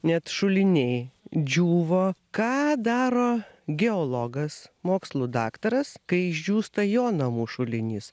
net šuliniai džiūvo ką daro geologas mokslų daktaras kai išdžiūsta jo namų šulinys